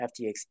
FTX